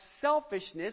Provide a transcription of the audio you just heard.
selfishness